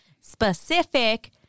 specific